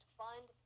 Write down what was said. fund